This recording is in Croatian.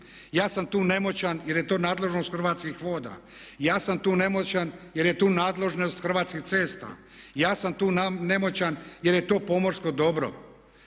ja sam tu nemoćan jer je to nadležnost Hrvatskih voda, ja sam tu nemoćan jer je tu nadležnost Hrvatskih cesta, ja sam tu nemoćan jer je to pomorsko dobro.